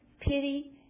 pity